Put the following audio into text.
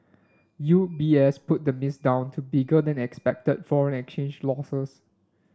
U B S put the miss down to bigger than expected foreign exchange losses